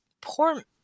poor